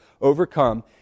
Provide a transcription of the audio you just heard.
overcome